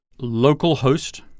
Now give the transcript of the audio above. localhost